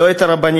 לא את הרבנים,